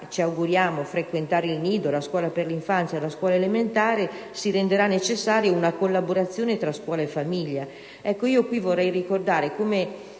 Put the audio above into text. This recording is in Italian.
ci auguriamo - frequentare il nido, la scuola per l'infanzia, la scuola elementare, si renderà necessaria una collaborazione tra scuola e famiglia. Vorrei qui ricordare come